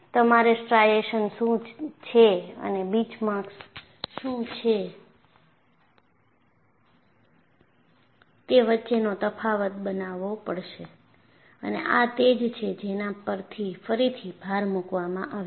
તમારે સ્ટ્રાઇશન્સ શું છે અને બીચમાર્ક્સ શું છે તે વચ્ચેનો તફાવત બનાવો પડશે અને આ તે જ છે જેના પર ફરીથી ભાર મૂકવામાં આવ્યો છે